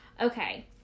Okay